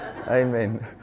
Amen